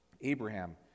Abraham